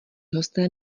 hosté